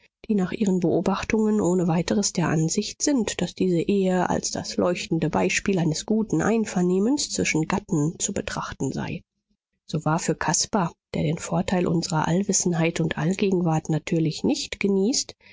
die nach ihren beobachtungen ohne weiteres der ansicht sind daß diese ehe als das leuchtende beispiel eines guten einvernehmens zwischen gatten zu betrachten sei so war für caspar der den vorteil unsrer allwissenheit und allgegenwart natürlich nicht genießt